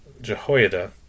Jehoiada